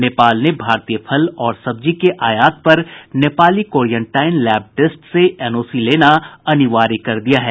नेपाल ने भारतीय फल और सब्जी के आयात पर नेपाली कोरियंटाइन लैब टेस्ट से एनओसी लेना अनिवार्य कर दिया है